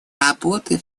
работы